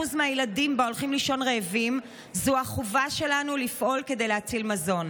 מן הילדים בה הולכים לישון רעבים זו החובה שלנו לפעול כדי להציל מזון.